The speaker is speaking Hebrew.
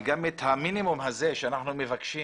גם את המינימום הזה שאנחנו מבקשים